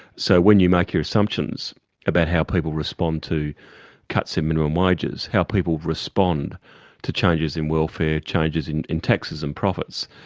so when you make your assumptions about how people respond to cuts in minimum wages, how people respond to changes in welfare, changes in in taxes and profits,